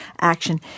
action